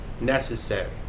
necessary